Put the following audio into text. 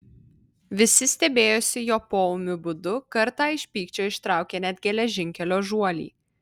visi stebėjosi jo poūmiu būdu kartą iš pykčio ištraukė net geležinkelio žuolį